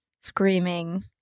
screaming